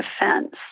defense